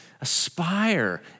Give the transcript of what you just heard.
Aspire